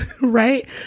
Right